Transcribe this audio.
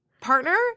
partner